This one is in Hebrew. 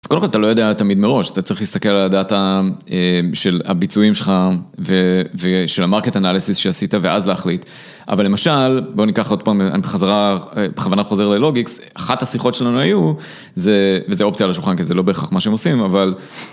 אז קודם כל אתה לא יודע תמיד מראש, אתה צריך להסתכל על הדאטה של הביצועים שלך ושל המרקט אנליסיס שעשית ואז להחליט. אבל למשל, בוא ניקח עוד פעם, אני בחזרה, בכוונה חוזר ללוגיקס, אחת השיחות שלנו היו, וזה ... וזה אופציה על השולחן כי זה לא בהכרח מה שמושים, אבל...